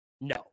No